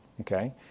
okay